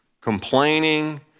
complaining